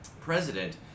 president